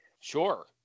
sure